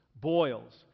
boils